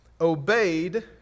obeyed